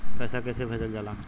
पैसा कैसे भेजल जाला?